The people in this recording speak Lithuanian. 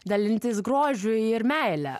dalintis grožiu ir meile